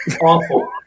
Awful